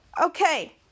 Okay